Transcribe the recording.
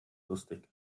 lustig